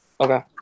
Okay